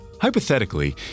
Hypothetically